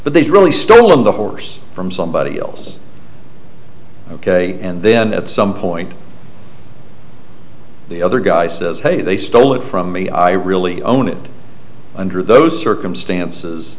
but there's really still in the horse from somebody else ok and then at some point the other guy says hey they stole it from me i really own it under those circumstances